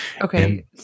Okay